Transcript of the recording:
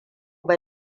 ba